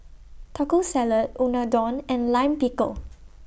Taco Salad Unadon and Lime Pickle